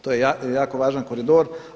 To je jako važan koridor.